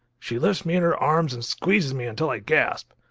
she lifts me in her arms and squeezes me until i gasp.